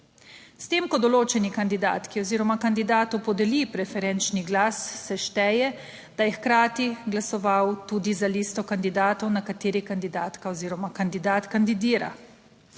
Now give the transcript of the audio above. S tem, ko določeni kandidatki oziroma kandidatu podeli preferenčni glas, se šteje, da je hkrati glasoval tudi za listo kandidatov, na katerih kandidatka oziroma kandidat kandidira.